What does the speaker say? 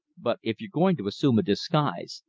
but if you're going to assume a disguise,